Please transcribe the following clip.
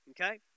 Okay